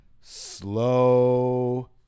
Slow